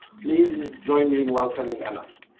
please join me in welcoming anant.